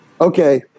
Okay